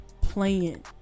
playing